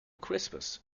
christmas